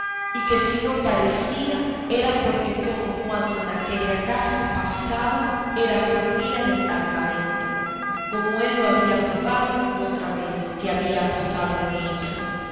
y que si no parecía era porque todo cuanto en aquella casa pasaba era por vía de encantamento como él lo había probado otra vez que había posado en ella